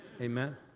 Amen